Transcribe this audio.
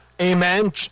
Amen